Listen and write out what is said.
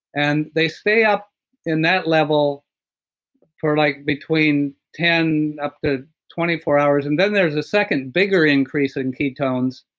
and they stay up in that level for like between ten up to twenty four hours, and then there's a second bigger increase in ketones,